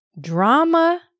drama